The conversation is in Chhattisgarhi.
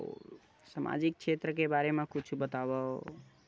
सामजिक क्षेत्र के बारे मा कुछु बतावव?